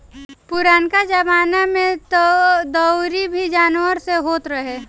पुरनका जमाना में तअ दवरी भी जानवर से होत रहे